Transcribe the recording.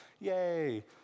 yay